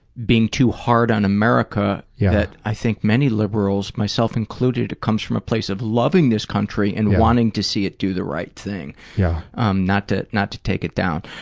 being too hard on america, yeah that i think many liberals, myself included, comes from a place of loving this country and wanting to see it do the right thing. yeah um not to not to take it down.